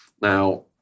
Now